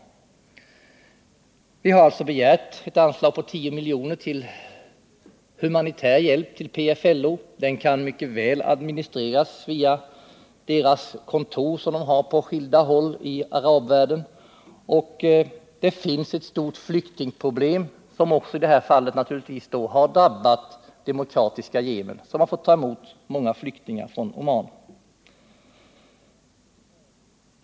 Vi har begärt ett anslag på 10 milj.kr. till humanitär hjälp till PFLO. Den hjälpen kan mycket väl administreras via deras kontor, som finns på skilda håll i arabvärlden. Det finns således ett stort flyktingproblem, som också i det här fallet naturligtvis har drabbat Demokratiska folkrepubliken Yemen, som har fått ta emot många flyktingar från Oman.